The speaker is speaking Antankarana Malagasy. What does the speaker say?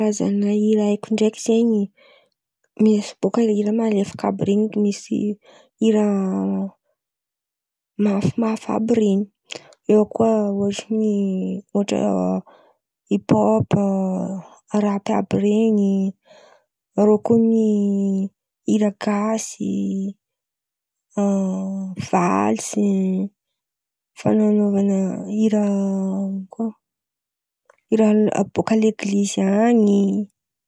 Karazan̈a hira haiko ndraiky zen̈y misy bôka hira malefaka àby ren̈y, misy hira mafimafy àby ren̈y eo koa ôhatra ny ôhatra hipôpy, rapy àby ren̈y, rô kony hira gasy, valsy fanaovana hira ino koa hira bôka alegilizy an̈y.